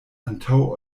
antaŭ